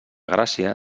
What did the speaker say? gràcia